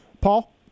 Paul